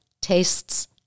tastes